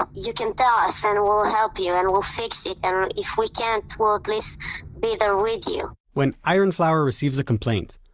um you can tell us, and we'll help you and we'll fix it, and um if we can't, we will at least be there with you when iron flower receives a complaint,